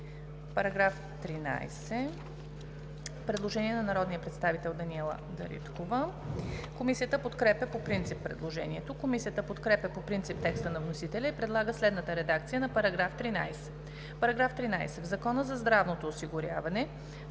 По § 13 има предложение от народния представител Даниела Дариткова. Комисията подкрепя по принцип предложението. Комисията подкрепя по принцип текста на вносителя и предлага следната редакция на § 13: „§ 13. В Закона за здравното осигуряване